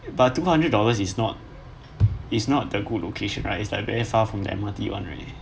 eh but two hundred dollars is not is not the good location right is like very far from M_R_T one right